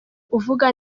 uvuga